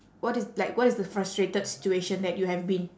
what is like what is the frustrated situation that you have been